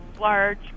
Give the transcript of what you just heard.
large